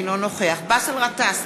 אינו נוכח באסל גטאס,